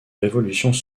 révolutions